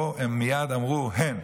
פה הם מייד אמרו: הן.